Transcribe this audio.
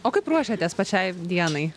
o kaip ruošiatės pačiai dienai